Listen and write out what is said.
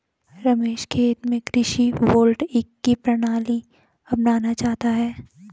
रमेश खेत में कृषि वोल्टेइक की प्रणाली अपनाना चाहता है